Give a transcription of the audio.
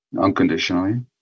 unconditionally